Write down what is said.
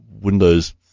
Windows